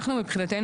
אנחנו מבחינתנו,